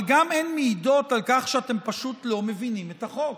אבל גם הן מעידות על כך שאתם פשוט לא מבינים את החוק.